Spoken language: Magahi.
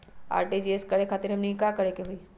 आर.टी.जी.एस करे खातीर हमनी के का करे के हो ई?